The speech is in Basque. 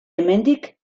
hemendik